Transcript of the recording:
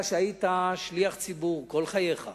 אתה שהיית שליח ציבור כל חייך,